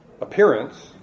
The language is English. appearance